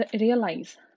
realize